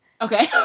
Okay